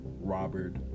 Robert